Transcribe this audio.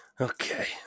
Okay